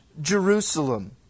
Jerusalem